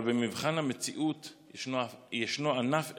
אבל במבחן המציאות יש ענף אחד,